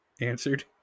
answered